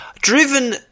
driven